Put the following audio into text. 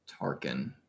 Tarkin